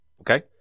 Okay